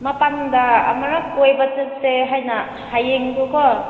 ꯃꯄꯥꯟꯗ ꯑꯃꯨꯔꯛ ꯀꯣꯏꯕ ꯆꯠꯁꯦ ꯍꯥꯏꯅ ꯍꯌꯦꯡꯗꯨꯀꯣ